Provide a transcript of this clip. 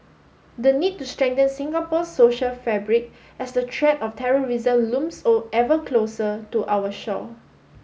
the need to strengthen Singapore's social fabric as the threat of terrorism looms or ever closer to our shore